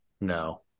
No